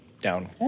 down